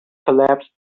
collapsed